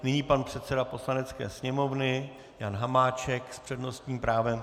Nyní pan předseda Poslanecké sněmovny Jan Hamáček s přednostním právem.